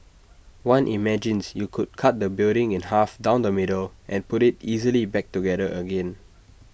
one imagines you could cut the building in half down the middle and put IT easily back together again